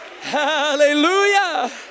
hallelujah